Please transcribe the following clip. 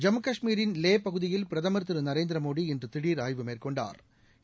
ஜம்மு கஷ்மீரின் லேபகுதியில் பிரதமா் திருநரேந்திரமோடி இன்றுதியா் ஆய்வு மேற்கொண்டாா்